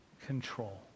control